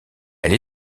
elle